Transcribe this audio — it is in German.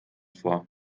vor